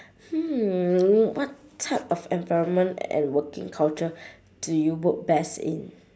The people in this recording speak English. hmm what type of environment and working culture do you work best in